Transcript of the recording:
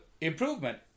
improvement